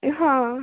हँ